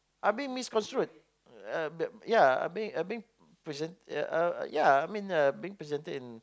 I'm being misconstrued uh yeah I being I being presented uh yeah I mean being presented in